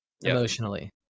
emotionally